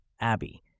Abby